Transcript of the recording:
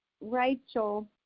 Rachel